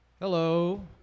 Hello